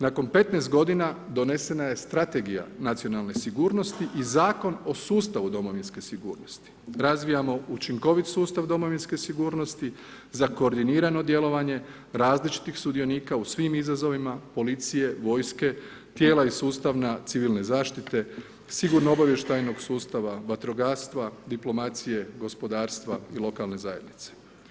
Nakon 15 g. donesena je Strategija nacionalne sigurnosti i Zakon o sustavu Domovinske sigurnosti, razvijamo učinkovit sustav Domovinske sigurnosti za koordinirano djelovanje različitih sudionika u svim izazovima policije, vojske, tijela i sustav civilne zaštite, sigurno-obavještajnog sustava, vatrogastva, diplomacije, gospodarstva i lokalne zajednice.